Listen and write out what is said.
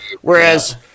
Whereas